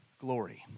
glory